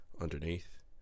underneath